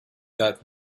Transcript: that